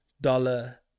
dollar